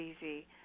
easy